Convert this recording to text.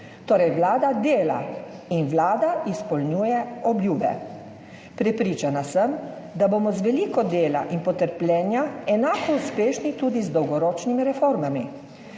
Torej, Vlada dela in Vlada izpolnjuje obljube. Prepričana sem, da bomo z veliko dela in potrpljenja enako uspešni tudi z dolgoročnimi reformami,